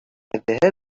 الذهاب